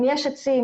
אם יש עצים,